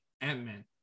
Ant-Man